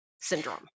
syndrome